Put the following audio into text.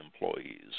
employees